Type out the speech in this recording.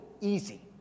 Easy